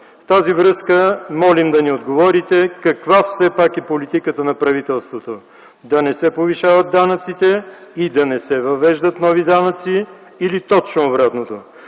В тази връзка молим да ни отговорите: каква все пак е политиката на правителството да не се повишават данъците и да не се въвеждат нови данъци? Или точно обратното